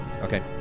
Okay